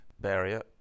barrier